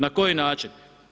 Na koji način?